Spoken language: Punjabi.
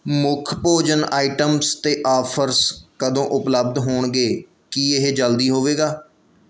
ਮੁੱਖ ਭੋਜਨ ਆਈਟਮਸ 'ਤੇ ਆਫ਼ਰਸ ਕਦੋਂ ਉਪਲਬਧ ਹੋਣਗੇ ਕੀ ਇਹ ਜਲਦੀ ਹੋਵੇਗਾ